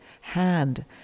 hand